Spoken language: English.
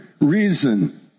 reason